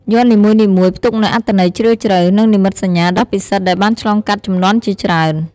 យ័ន្តនីមួយៗផ្ទុកនូវអត្ថន័យជ្រាលជ្រៅ និងនិមិត្តសញ្ញាដ៏ពិសិដ្ឋដែលបានឆ្លងកាត់ជំនាន់ជាច្រើន។